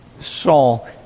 Saul